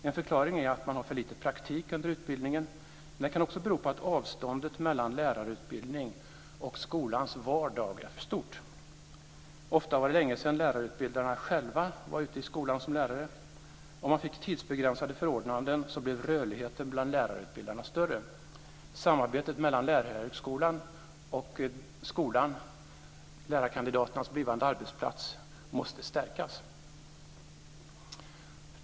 En förklaring är att man har för lite praktik under utbildningen, men det kan också bero på att avståndet mellan lärarutbildningen och skolans vardag är för stort. Ofta var det länge sedan lärarutbildarna själva var ute i skolan som lärare. Om man fick tidsbegränsade förordnanden skulle rörligheten bland lärarutbildarna bli större. Samarbetet mellan lärarhögskolan och skolan, lärarkandidaternas blivande arbetsplats, måste stärkas.